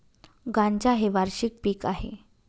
गांजा हे वार्षिक पीक आहे